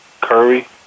Curry